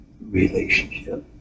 relationship